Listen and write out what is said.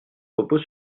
repose